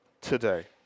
today